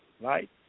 right